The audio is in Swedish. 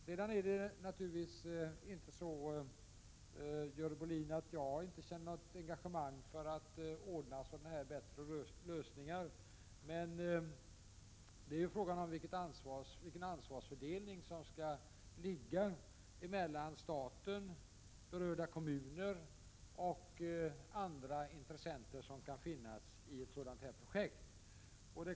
Sedan är det naturligtvis inte så, Görel Bohlin, att inte jag känner något engagemang för att ordna sådana här bättre lösningar, men det är fråga om vilken ansvarsfördelning som skall råda mellan staten, berörda kommuner och andra intressenter som kan finnas i ett sådant här projekt.